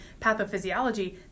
pathophysiology